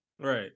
Right